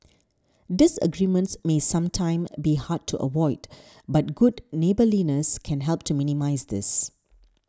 disagreements may sometimes a be hard to avoid but good neighbourliness can help to minimise this